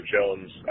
Jones